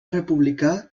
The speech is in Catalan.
republicà